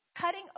cutting